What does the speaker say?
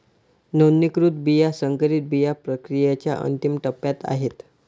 नोंदणीकृत बिया संकरित बिया प्रक्रियेच्या अंतिम टप्प्यात आहेत